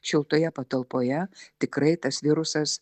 šiltoje patalpoje tikrai tas virusas